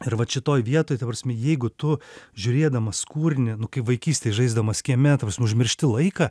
ir vat šitoj vietoj ta prasme jeigu tu žiūrėdamas kūrinį kai vaikystėj žaisdamas kieme užmiršti laiką